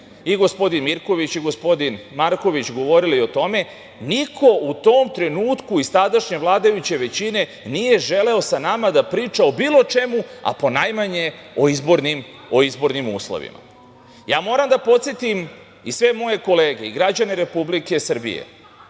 i gospodin Mirković i gospodin Marković, govore o tome, niko u tom trenutku iz tadašnje vladajuće većine nije želeo sa nama da priča o bilo čemu, a ponajmanje o izbornim uslovima. Moram da podsetim i sve moje kolege i građane Republike Srbije,